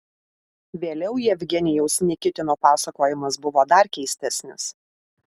vėliau jevgenijaus nikitino pasakojimas buvo dar keistesnis